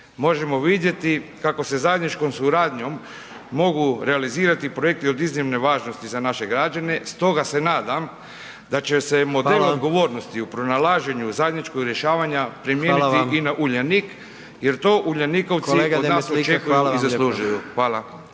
možemo vidjeti kako se zajedničkom suradnjom mogu realizirati projekti od iznimne važnosti za naše građane, stoga se nadam da će se model .../Upadica: Hvala./... odgovornosti u pronalaženju zajedničkog rješavanja primijeniti .../Upadica: Hvala vam./... i na Uljanik jer to Uljanikovci od nas očekuju i zaslužuju. Hvala.